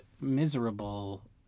miserable